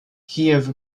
kiev